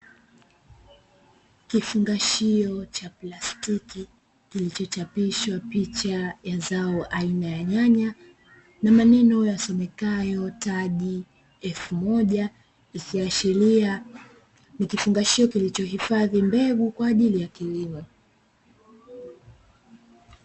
Kifungashio cha plastiki kilichochapishwa picha ya zao aina ya nyanya na maneno yasomekayo taji elfu moja, ikiashiria nikifungashio kilichohifadhi mbegu kwa ajili ya kilimo.